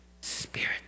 Spirit